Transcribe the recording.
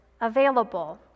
available